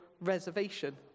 reservation